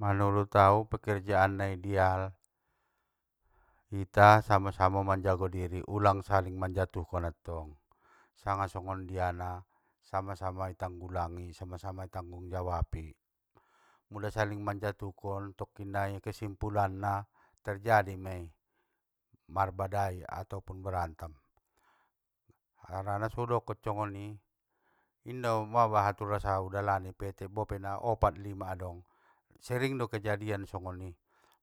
Manurut au, pekerjaan na ideal, ita sama sama manjago diri, ulang saling manjatuhkon antong, sanga songondiana sama sama i tanggulangi sama sama i tanggung jawapi, mula saling manjatuhkon tokkin nai kesimpulanna, terjadi mei, marbadai atopun berantam, harana so udokon songoni, inda u mang- bahat urasa u dalani pt, bope naopat lima adong, sering do kejadian songoni,